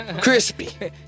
Crispy